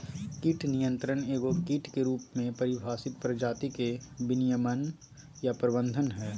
कीट नियंत्रण एगो कीट के रूप में परिभाषित प्रजाति के विनियमन या प्रबंधन हइ